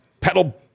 pedal